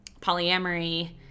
polyamory